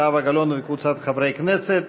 זהבה גלאון וקבוצת חברי הכנסת.